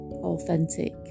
authentic